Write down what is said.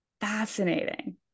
fascinating